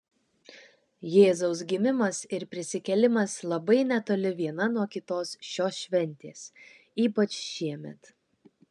jėzaus gimimas ir prisikėlimas labai netoli viena nuo kitos šios šventės ypač šiemet